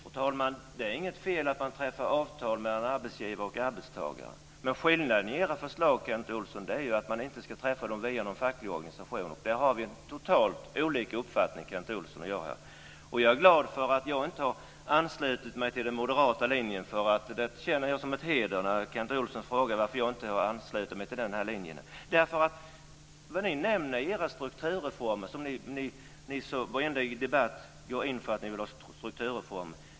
Fru talman! Det är inget fel att man träffar avtal mellan arbetsgivare och arbetstagare. Men skillnaden i era förslag, Kent Olsson, är att man inte ska träffa dem via de fackliga organisationerna. Där har vi totalt olika uppfattning Kent Olsson och jag. Jag är glad för att jag inte har anslutit mig till den moderata linjen. Det känner jag som en heder när Kent Olsson frågar varför jag inte har anslutit mig till den linjen. Ni går i varenda debatt in för att ni vill ha sturkturreformer.